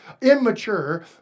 immature